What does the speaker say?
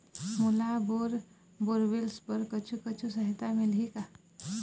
मोला bore borewells बर कुछू कछु सहायता मिलही का?